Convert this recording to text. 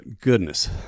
goodness